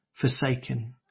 forsaken